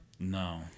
No